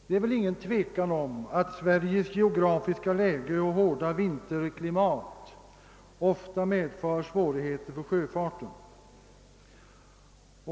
Det är väl inget tvivel om att Sveriges geografiska läge och hårda vinterklimat ofta medför svårigheter för sjöfarten.